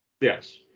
Yes